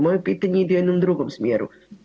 Moje pitanje ide u jednom drugom smjeru.